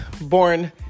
born